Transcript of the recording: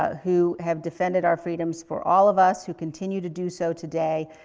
ah who have defended our freedoms for all of us who continue to do so today.